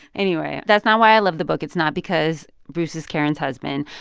anyway, that's not why i love the book. it's not because bruce is karen's husband.